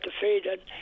defeated